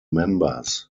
members